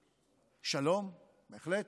שלום, בהחלט.